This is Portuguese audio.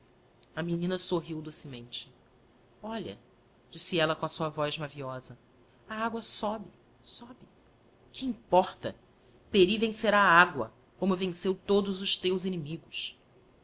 a menina sorrio docemente olha disse ella com a sua voz maviosa a agua sobe sobe que importa pery vencerá a agua como venceu todos os teus inimigos